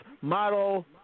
model